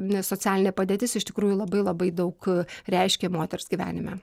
nes socialinė padėtis iš tikrųjų labai labai daug reiškia moters gyvenime